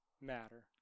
matter